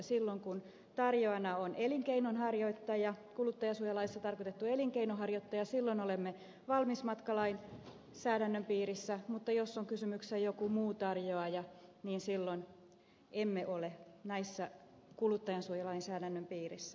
silloin kun tarjoajana on kuluttajansuojalaissa tarkoitettu elinkeinonharjoittaja olemme valmismatkalainsäädännön piirissä mutta jos on kysymyksessä jokin muu tarjoaja niin silloin emme ole kuluttajansuojalainsäädännön piirissä